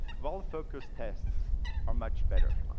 well-focused tests are much better.